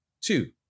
Two